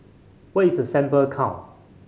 what is a sample count